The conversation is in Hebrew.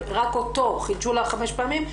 רק אותו חידשו לה חמש פעמים,